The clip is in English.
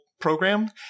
Program